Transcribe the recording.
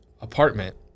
apartment